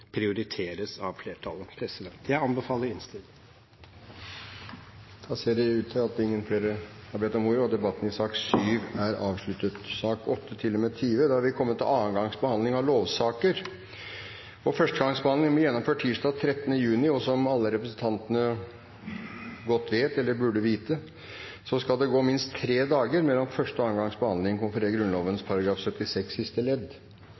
prioriteres av flertallet. Jeg anbefaler innstillingen. Flere har ikke bedt om ordet til sak nr. 7. Vi har kommet til andre gangs behandling av lovsaker. Første gangs behandling ble gjennomført tirsdag 13. juni, og som alle representantene godt vet, eller burde vite, skal det gå minst tre dager mellom første og andre gangs behandling, jf. Grunnloven § 76 siste ledd.